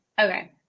Okay